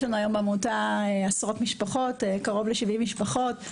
יש לנו בעמותה קרוב ל-70 משפחות.